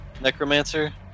Necromancer